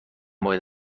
باید